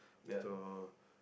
so